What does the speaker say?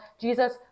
Jesus